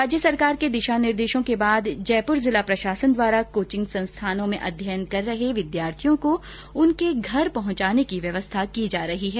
राज्य सरकार के दिशा निर्देशों के बाद जयपुर जिला प्रशासन द्वारा कोचिंग संस्थानों में अध्ययन कर रहे विद्यार्थियों को उनके घर पहुंचाने की व्यवस्था की जा रही है